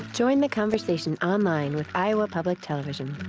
join the conversation online with iowa public television.